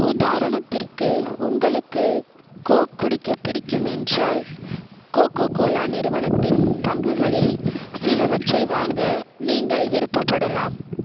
உதாரணத்திற்கு உங்களுக்குக் கோக் குடிக்க பிடிக்கும் என்றால் கோகோ கோலா நிறுவனத்தின் பங்குகளில் சிலவற்றை வாங்க நீங்கள் விருப்பப்படலாம்